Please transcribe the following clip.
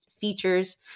features